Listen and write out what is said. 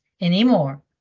anymore